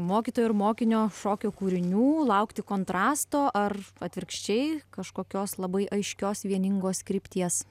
mokytojo ir mokinio šokio kūrinių laukti kontrasto ar atvirkščiai kažkokios labai aiškios vieningos krypties